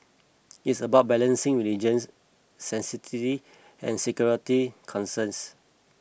it's about balancing religious sanctity and security concerns